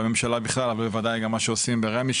בממשלה בכלל אבל בוודאי גם מה שעושים ברמ"י,